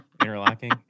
interlocking